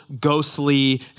ghostly